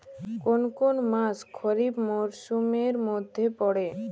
কোন কোন মাস খরিফ মরসুমের মধ্যে পড়ে?